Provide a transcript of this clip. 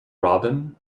robin